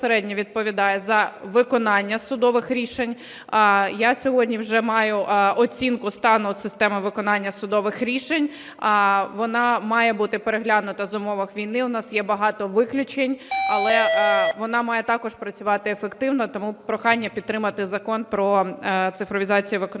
вона має бути переглянута в умовах війни. У нас є багато виключень, але вона має також працювати ефективно. Тому прохання підтримати Закон про цифровізацію виконавчого